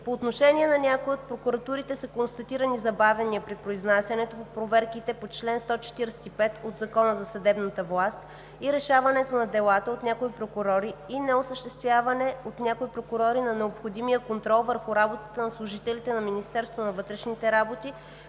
По отношение на някои от прокуратурите са констатирани забавяния при произнасянето по проверките по чл. 145 от Закона за съдебната власт и решаването на делата от някои прокурори и неосъществяване от някои прокурори на необходимия контрол върху работата на служителите на Министерството на вътрешните работи